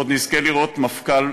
עוד נזכה לראות מפכ"ל